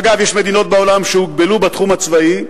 אגב, יש מדינות בעולם שהוגבלו בתחום הצבאי,